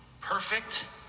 perfect